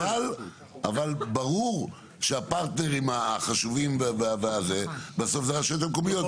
אבל ברור שהפרטנרים החשובים בסוף הם הרשויות המקומיות.